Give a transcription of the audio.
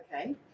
Okay